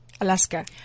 Alaska